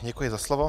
Děkuji za slovo.